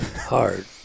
hard